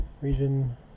Region